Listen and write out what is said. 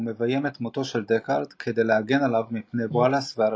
ומביים את מותו של דקארד כדי להגן עליו מפני וואלאס והרפליקנטים.